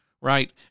right